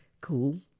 cool